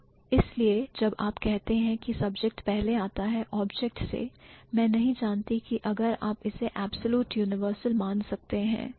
तो इसीलिए जब आप कहते हैं कि subject पहले आता है object इसे मैं नहीं जानती की अगर आप इसे absolute universal मान सकते हैं